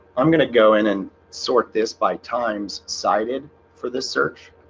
i'm gonna go in and sort this by times cited for this search